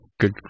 good